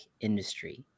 industry